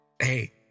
Hey